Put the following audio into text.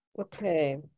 Okay